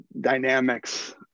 dynamics